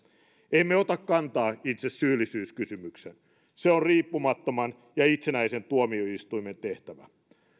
emme ota kantaa itse syyllisyyskysymykseen se on riippumattoman ja itsenäisen tuomioistuimen tehtävä